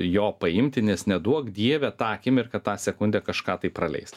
jo paimti nes neduok dieve tą akimirką tą sekundę kažką tai praleis